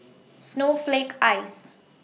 Snowflake Ice